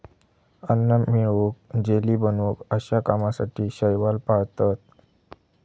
अन्न मिळवूक, जेली बनवूक अश्या कामासाठी शैवाल पाळतत